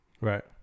Right